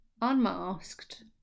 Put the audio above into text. unmasked